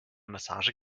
massage